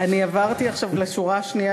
עברתי עכשיו לשורה השנייה,